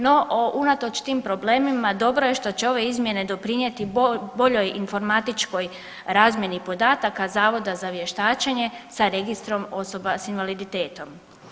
No unatoč tim problemima dobro je što će ove izmjene doprinjeti boljoj informatičkoj razmjeni podataka zavoda za vještačenje sa registrom osoba sa invaliditetom.